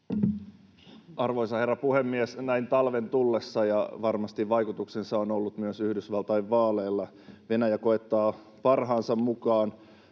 Arvoisa herra puhemies! Näin talven tullessa — ja varmasti vaikutuksensa on ollut myös Yhdysvaltain vaaleilla — Venäjä koettaa parhaansa mukaan